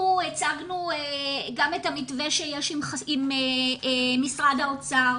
אנחנו הצגנו גם את המתווה שיש עם משרד האוצר,